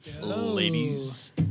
Ladies